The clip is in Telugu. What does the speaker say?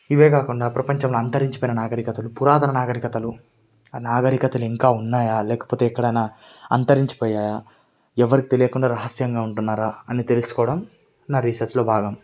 ఇవే కాకుండా ప్రపంచంలో అంతరించిపోయిన నాగరికతలు పురాతన నాగరికతలు ఆ నాగరికతలు ఇంకా ఉన్నాయా లేకపోతే ఎక్కడైనా అంతరించి పోయాయా ఎవరికీ తెలియకుండా రహస్యంగా ఉంటున్నారా అని తెలుసుకోవడం నా రీసర్చ్లో భాగం